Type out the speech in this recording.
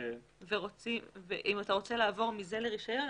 אם אתה רוצה לעבור מזה לרישיון,